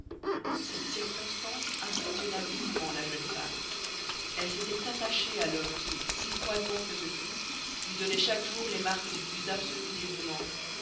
cette circonstance impressionna vivement la jeune femme elle s'était attachée à l'homme qui si froidement que ce fût lui donnait chaque jour les marques du plus absolu dévouement